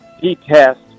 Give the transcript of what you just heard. detest